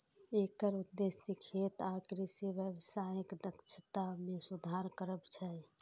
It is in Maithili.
एकर उद्देश्य खेत आ कृषि व्यवसायक दक्षता मे सुधार करब छै